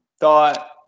Thought